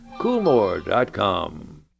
coolmore.com